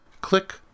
Click